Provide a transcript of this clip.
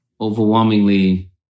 Overwhelmingly